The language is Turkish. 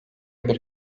bir